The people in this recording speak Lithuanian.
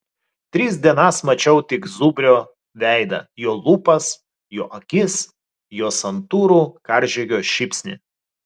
tris dienas mačiau tik zubrio veidą jo lūpas jo akis jo santūrų karžygio šypsnį